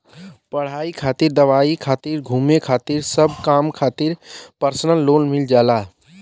पढ़ाई खातिर दवाई खातिर घुमे खातिर सब काम खातिर परसनल लोन मिल जाला